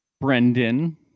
brendan